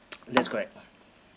that's correct